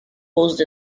posed